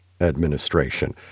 administration